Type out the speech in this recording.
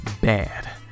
bad